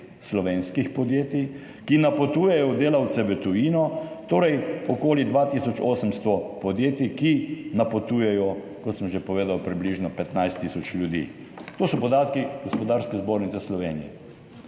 slovenskih podjetij, ki napotujejo delavce v tujino, torej okoli 2 tisoč 800 podjetij, ki napotujejo, kot sem že povedal, približno 15 tisoč ljudi. To so podatki Gospodarske zbornice Slovenije.